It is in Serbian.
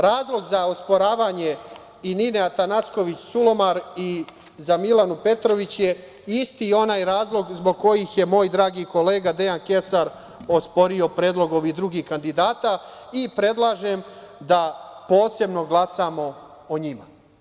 Razlog za osporavanje i Nine Atanacković Sulomar i za Milanu Petrović je isti onaj razlog zbog kojih moj dragi kolega Dejan Kesar osporio predlog ovih drugih kandidata, i predlažem da posebno glasamo o njima.